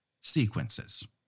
sequences